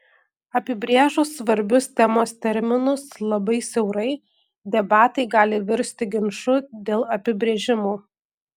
apibrėžus svarbius temos terminus labai siaurai debatai gali virsti ginču dėl apibrėžimų